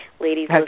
ladies